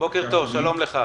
בוקר טוב, שלום לך.